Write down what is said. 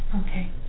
Okay